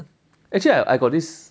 actually I I got this